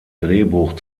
drehbuch